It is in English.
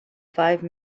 five